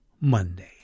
Monday